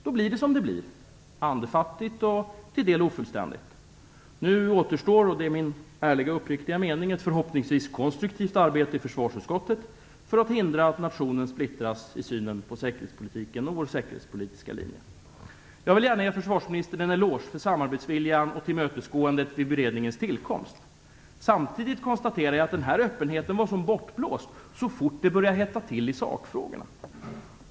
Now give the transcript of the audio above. Då blir det som det blir: andefattigt och delvis ofullständigt. Nu återstår - det är min ärliga och uppriktiga mening - ett förhoppningsvis konstruktivt arbete i försvarsutskottet för att hindra att nationen splittras i synen på säkerhetspolitiken och vår säkerhetspolitiska linje. Jag vill gärna ge försvarsministern en eloge för samarbetsviljan och tillmötesgåendet vid beredningens tillkomst. Samtidigt konstaterar jag att denna öppenhet var som bortblåst så fort det började hetta till i sakfrågorna.